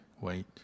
wait